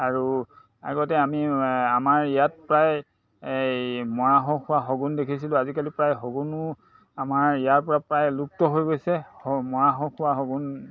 আৰু আগতে আমি আমাৰ ইয়াত প্ৰায় এই মৰা শ হোৱা শগুণ দেখিছিলোঁ আজিকালি প্ৰায় শগুনো আমাৰ ইয়াৰ পৰা প্ৰায় লুপ্ত হৈ গৈছে মৰা শ খোৱা শগুণ